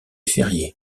ferrier